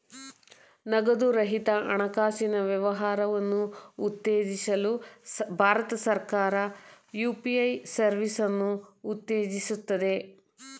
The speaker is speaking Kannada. ನಗದು ರಹಿತ ಹಣಕಾಸಿನ ವ್ಯವಹಾರವನ್ನು ಉತ್ತೇಜಿಸಲು ಭಾರತ ಸರ್ಕಾರ ಯು.ಪಿ.ಎ ಸರ್ವಿಸನ್ನು ಉತ್ತೇಜಿಸುತ್ತದೆ